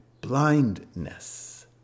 blindness